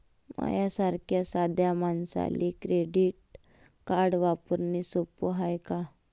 माह्या सारख्या साध्या मानसाले क्रेडिट कार्ड वापरने सोपं हाय का?